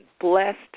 blessed